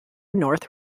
north